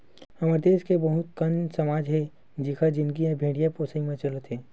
हमर देस के बहुत कन समाज हे जिखर जिनगी ह भेड़िया पोसई म चलत हे